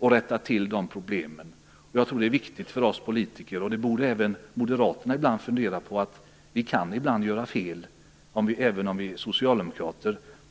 rätta till problemen. Jag tror att det är viktigt för oss politiker att veta - det borde även Moderaterna fundera över ibland - att vi ibland kan göra fel även om vi är socialdemokrater.